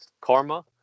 karma